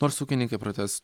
nors ūkininkai protes